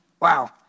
Wow